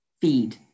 feed